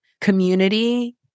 community